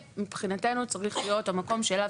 מבחינתנו זה צריך להיות המקום אליו